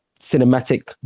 cinematic